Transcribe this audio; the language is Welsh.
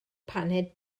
paned